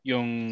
Yung